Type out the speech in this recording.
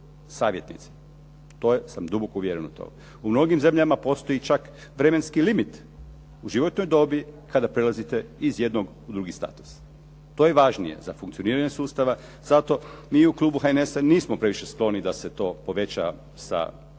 To sam duboko uvjeren u to. U mnogim zemljama postoji čak vremenski limit u životnoj dobi kada prelazite iz jednog u drugi status. To je važnije za funkcioniranje sustava. Zato mi u klubu HNS-a nismo previše skloni da se to poveća sa 3